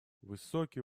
высокий